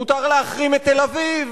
מותר להחרים את תל-אביב,